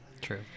True